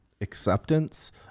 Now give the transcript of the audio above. acceptance